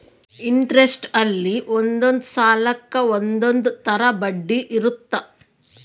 interest ಅಲ್ಲಿ ಒಂದೊಂದ್ ಸಾಲಕ್ಕ ಒಂದೊಂದ್ ತರ ಬಡ್ಡಿ ಇರುತ್ತ